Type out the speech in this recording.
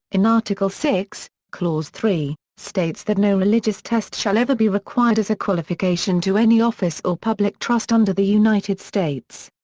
in article vi, clause three, states that no religious test shall ever be required as a qualification to any office or public trust under the united states.